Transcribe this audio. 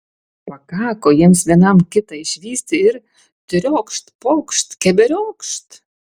pakako jiems vienam kitą išvysti ir triokšt pokšt keberiokšt